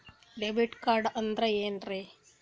Debit card ಅಂತಂದ್ರೆ ಏನ್ರೀ?